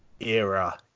era